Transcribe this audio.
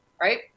right